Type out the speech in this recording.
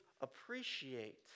appreciate